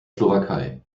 slowakei